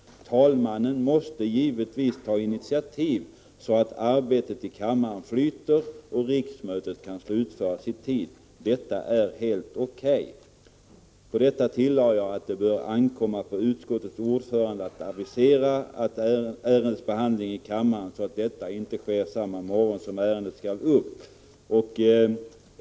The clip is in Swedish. Talmannen måste givetvis ta initiativ så att arbetet i kammaren flyter och riksmötet kan slutföras i tid. Detta är helt O.K. Jag tillade att det bör ankomma på utskottets ordförande att i tid avisera ett ärendes behandling i kammaren så att detta inte görs samma morgon som ärendet skall upp.